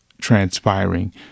transpiring